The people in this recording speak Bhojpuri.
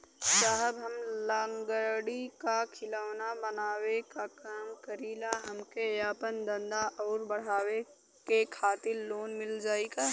साहब हम लंगड़ी क खिलौना बनावे क काम करी ला हमके आपन धंधा अउर बढ़ावे के खातिर लोन मिल जाई का?